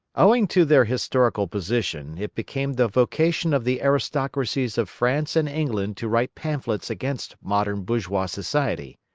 owing to their historical position, it became the vocation of the aristocracies of france and england to write pamphlets against modern bourgeois society.